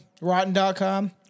Rotten.com